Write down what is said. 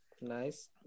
Nice